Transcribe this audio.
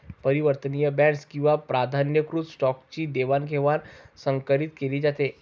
परिवर्तनीय बॉण्ड्स किंवा प्राधान्यकृत स्टॉकची देवाणघेवाण संकरीत केली जाते